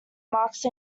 marked